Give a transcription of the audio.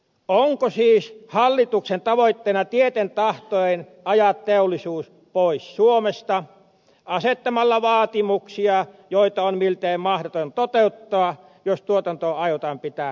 onko siis hallituksen tavoitteena tieten tahtoen ajaa teollisuus pois suomesta asettamalla vaatimuksia joita on miltei mahdoton toteuttaa jos tuotanto aiotaan pitää kannattavana